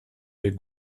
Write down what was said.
der